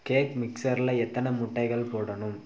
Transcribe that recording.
cake மிக்ஸ்சரில் எத்தனை முட்டைகள் போடணும்